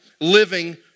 living